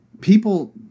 people